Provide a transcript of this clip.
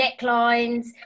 necklines